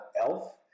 ELF